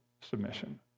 submission